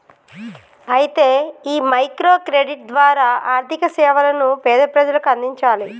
అయితే ఈ micro credit ద్వారా ఆర్థిక సేవలను పేద ప్రజలకు అందించాలి